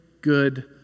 good